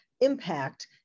impact